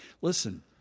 listen